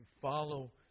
follow